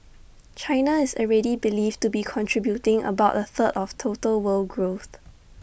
China is already believed to be contributing about A third of total world growth